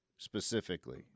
specifically